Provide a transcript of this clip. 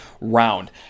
round